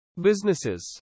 businesses